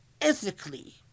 ethically